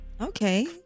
Okay